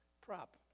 prop